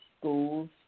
schools